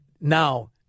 now